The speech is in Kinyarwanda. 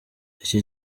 iki